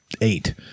eight